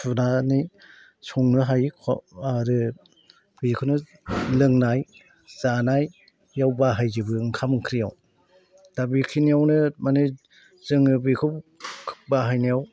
सुनानै संनो हायो आरो बेखोनो लोंनाय जानाय बेयाव बाहायजोबो ओंखाम ओंख्रिआव दा बेखिनिआवनो माने जों बेखौ बाहायनायाव